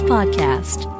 Podcast